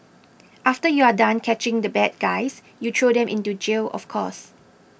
after you are done catching the bad guys you throw them into jail of course